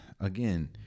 again